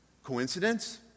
coincidence